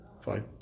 fine